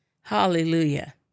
hallelujah